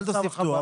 אל תוסיף טור.